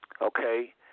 Okay